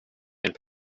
and